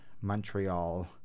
Montreal